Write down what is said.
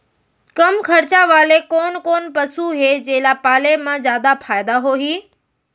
कम खरचा वाले कोन कोन पसु हे जेला पाले म जादा फायदा होही?